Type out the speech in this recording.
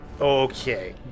okay